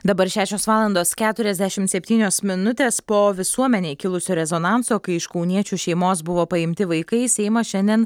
dabar šešios valandos keturiasdešim septynios minutės po visuomenėj kilusio rezonanso kai iš kauniečių šeimos buvo paimti vaikai seimas šiandien